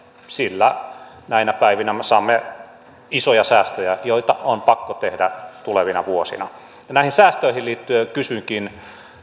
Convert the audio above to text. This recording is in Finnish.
sillä näinä päivinä me saamme isoja säästöjä joita on pakko tehdä tulevina vuosina näihin säästöihin liittyen kysynkin